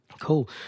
Cool